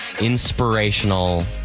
inspirational